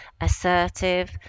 assertive